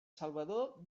salvador